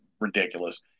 ridiculous